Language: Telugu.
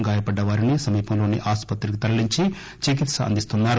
గాయపడ్డ వారిని సమీపంలోని ఆసుపత్రికి తరలించి చికిత్స అందిస్తున్నారు